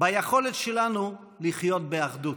ביכולת שלנו לחיות באחדות,